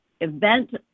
event